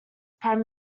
prime